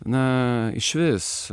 na išvis